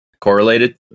Correlated